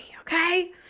Okay